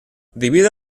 debido